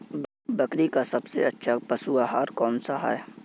बकरी का सबसे अच्छा पशु आहार कौन सा है?